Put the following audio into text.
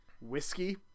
whiskey